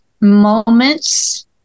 moments